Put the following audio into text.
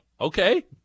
Okay